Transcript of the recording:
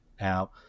Now